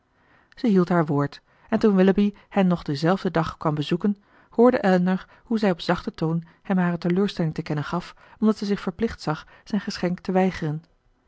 zij hield haar woord en toen willoughby hen nog dien zelfden dag kwam bezoeken hoorde elinor hoe zij op zachten toon hem hare teleurstelling te kennen gaf omdat zij zich verplicht zag zijn geschenk te weigeren